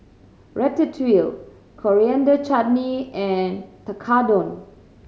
Ratatouille Coriander Chutney and Tekkadon